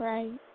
Right